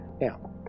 Now